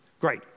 Great